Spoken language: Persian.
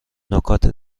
نکات